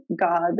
God